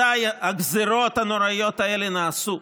מתי הגזרות הנוראיות האלה נעשו?